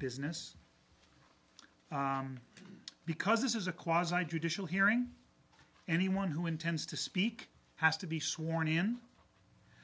business because this is a cause i do dish will hearing anyone who intends to speak has to be sworn in